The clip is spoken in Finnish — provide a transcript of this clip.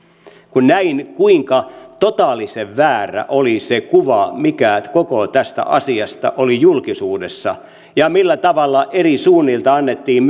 kun näin kuinka totaalisen väärä oli se kuva mikä koko tästä asiasta oli julkisuudessa ja millä tavalla eri suunnilta annettiin